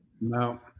No